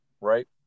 right